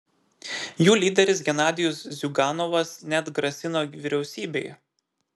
jų lyderis genadijus ziuganovas net grasino vyriausybei